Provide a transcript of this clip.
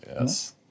yes